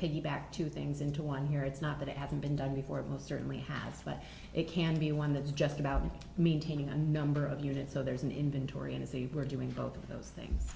piggyback two things into one here it's not that it hasn't been done before it most certainly has but it can be one that's just about maintaining a number of units so there's an inventory and if he were doing both of those things